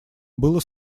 было